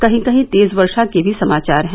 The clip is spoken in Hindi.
कहीं कहीं तेज वर्षा के भी समाचार हैं